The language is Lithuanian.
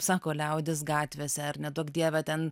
sako liaudis gatvėse ar neduok dieve ten